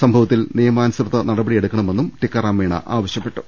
സംഭവത്തിൽ നിയമാനുസൃത നട പടിയെടുക്കണമെന്നും ടിക്കാറാം മീണ ആവശ്യപ്പെട്ടു